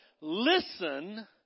listen